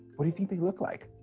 what do you think they look like?